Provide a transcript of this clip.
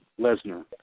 Lesnar